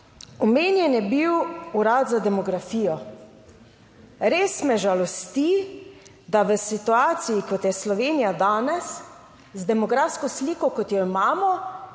Omenjen je bil urad za demografijo. Res me žalosti, da v situaciji, kot je Slovenija danes z demografsko sliko, kot jo imamo,